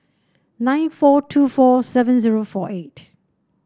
nine four two four seven zero four eight